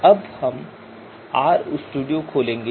अब हम R studio खोलेंगे